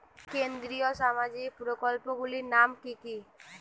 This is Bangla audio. কেন্দ্রীয় সামাজিক প্রকল্পগুলি নাম কি কি?